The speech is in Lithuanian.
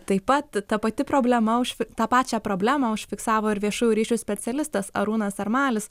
taip pat ta pati problema už tą pačią problemą užfiksavo ir viešųjų ryšių specialistas arūnas armalis